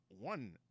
one